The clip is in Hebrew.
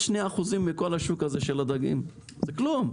זה כלום.